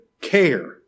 care